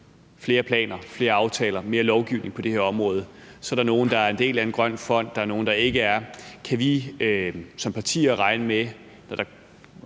flere planer, flere aftaler og mere lovgivning på det her område, er der nogle, der er en del af en grøn fond, og der er nogle, der ikke er. Kan vi som partier regne med,